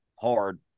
hard